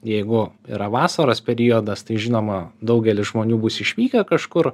jeigu yra vasaros periodas tai žinoma daugelis žmonių bus išvykę kažkur